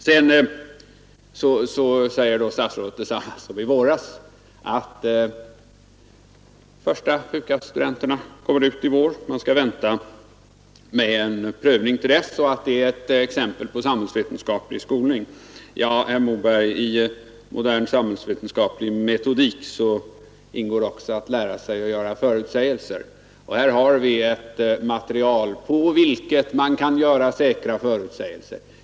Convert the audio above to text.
Sedan sade statsrådet detsamma som i våras, nämligen att de första PUKAS-studenterna kommer ut i vår, att man skall vänta med en prövning till dess och att detta är ett exempel på samhällsvetenskaplig skolning. Ja, herr Moberg, i modern samhällsvetenskaplig metodik ingår också att lära sig att göra förutsägelser, och här har vi ett material på vilket man kan göra säkra förutsägelser.